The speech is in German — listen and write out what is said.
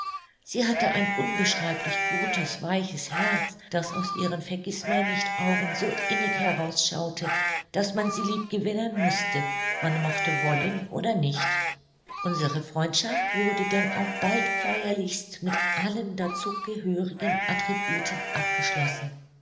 sie hatte ein unbeschreiblich gutes weiches herz das aus ihren vergißmeinnichtaugen so innig heraus schaute daß man sie lieb gewinnen mußte man mochte wollen oder nicht unsre freundschaft wurde denn auch bald feierlichst mit allen dazu gehörigen attributen abgeschlossen